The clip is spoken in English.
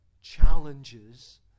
challenges